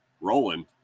Rolling